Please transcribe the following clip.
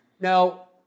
Now